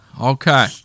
okay